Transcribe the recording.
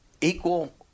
equal